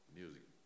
music